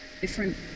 Different